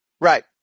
Right